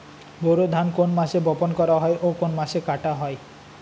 বোরো ধান কোন মাসে বপন করা হয় ও কোন মাসে কাটা হয়?